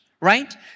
right